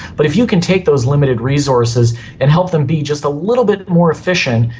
but if you can take those limited resources and help them be just a little bit more efficient,